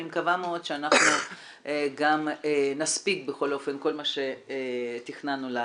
אני מקווה מאוד שאנחנו גם נספיק כל מה שתכננו לעשות.